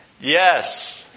Yes